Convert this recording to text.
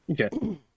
Okay